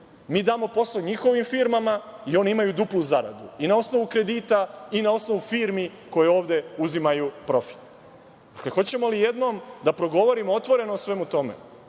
mi damo posao njihovim firmama i oni imaju duplu zaradu, i na osnovu kredita i na osnovu firmi koje ovde uzimaju profit. Hoćemo li jednom da progovorimo otvoreno o svemu tome?